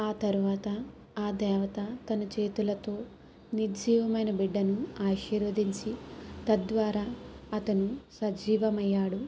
ఆ తరువాత ఆ దేవత తన చేతులతో నిర్జీవమైన బిడ్డను ఆశీర్వదించి తద్వారా అతను సజీవమయ్యాడు